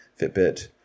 Fitbit